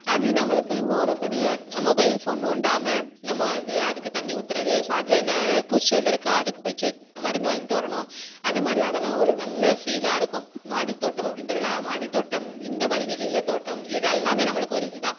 அது நம்மளுக்கு இன்னொரு பெரிய மொபைல் ஃபோன் நோண்டாமல் நம்ம வந்து அதுக்கு தண்ணி ஊத்துறது ஸோ அதில் என்ன ஏதாவது பூச்சி வந்திருக்கா அதுக்கு போய் செக் மருந்து வாங்கிட்டு வரணும் அது மாதிரி அதெல்லாம் ஒரு நல்ல ஃபீலாக இருக்கும் மாடித் தோட்டம் அப்படின்றதுலாம் மாடித் தோட்டம் இந்த மாதிரி வெளியில் தோட்டம் இதெல்லாமே நம்மளுக்கு ஒரு இது தான்